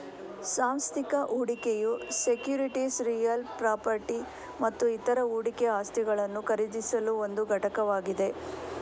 ಸಾಂಸ್ಥಿಕ ಹೂಡಿಕೆಯು securities real property ಮತ್ತು ಇತರ ಹೂಡಿಕೆ ಆಸ್ತಿಗಳನ್ನು ಖರೀದಿಸಲು ಒಂದು ಘಟಕವಾಗಿದೆ